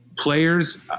players